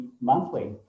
monthly